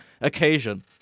occasion